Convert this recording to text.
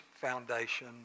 foundation